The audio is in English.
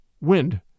wind